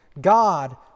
God